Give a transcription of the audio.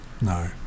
No